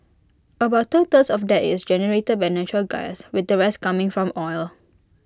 about two thirds of that is generated by natural gas with the rest coming from oil